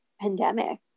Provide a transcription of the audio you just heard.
pandemic